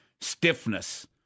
stiffness